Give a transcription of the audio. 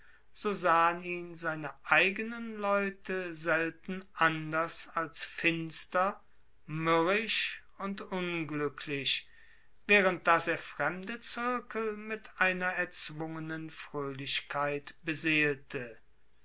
ihn seine eigenen leute selten anders als finster mürrisch und unglücklich während daß er fremde zirkel mit einer erzwungenen fröhlichkeit beseelte